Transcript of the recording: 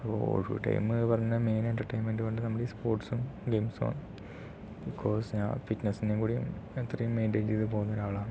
so entertainment എന്ന് പറഞ്ഞാൽ main entertainment കൊണ്ട് നമ്മൾ ഈ സ്പോർട്സും ഗെയിംസും ആണ് ബികോസ് ഞാൻ ഫിറ്റ്നസിൻ്റെ കൂടി ഇത്രയും മെയിൻടൈൻ ചെയ്ത പോകുന്ന ഒരാളാണ്